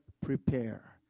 prepare